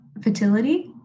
fertility